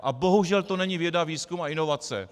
A bohužel to není věda, výzkum a inovace.